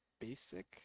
basic